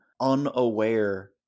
unaware